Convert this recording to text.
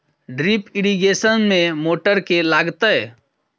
Drip irrigation मे motor केँ लागतै?